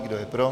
Kdo je pro?